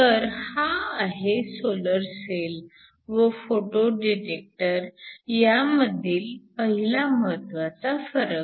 तर हा आहे सोलर सेल व फोटो डिटेक्टर ह्यांमधील पहिला महत्वाचा फरक